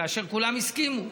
כאשר כולם הסכימו.